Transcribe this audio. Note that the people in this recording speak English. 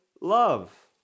love